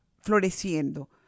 floreciendo